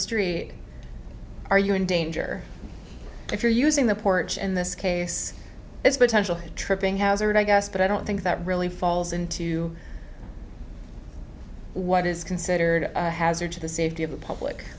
street are you in danger if you're using the porch in this case it's potential tripping houser it i guess but i don't think that really falls into what is considered a hazard to the safety of the public